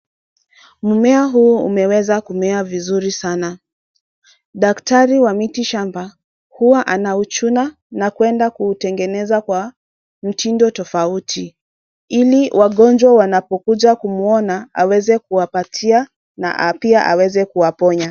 Mmea huu umeweza kumea vizuri sana, daktari wa miti shamba huwa anauchuna na kuenda kuutengeneza kwa mtindo tofauti ili wagonjwa wanapokuja kumwona aweze kuwapatia na pia aweze kuwaponya.